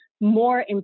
more